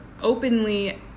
openly